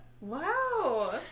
Wow